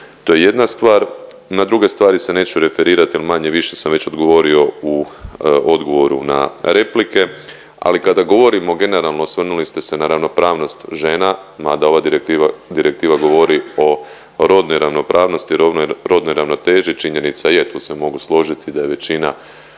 To je jedna stvar, na druge stvari se neću referirati jer manje-više sam već odgovorio na odgovoru na replike, ali kada govorimo generalno, osvrnuli ste se na ravnopravnost žena, mada ova direktiva govori o rodnoj ravnopravnosti, rodnoj ravnoteži, činjenica je, tu se mogu složiti da je većina